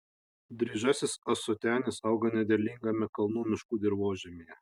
dryžasis ąsotenis auga nederlingame kalnų miškų dirvožemyje